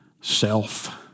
self